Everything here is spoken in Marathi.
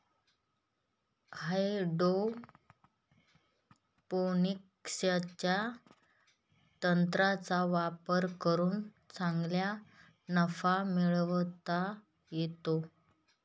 हायड्रोपोनिक्सच्या तंत्राचा वापर करून चांगला नफा मिळवता येतो